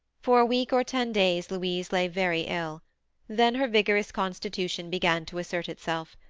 for a week or ten days louise lay very ill then her vigorous constitution began to assert itself.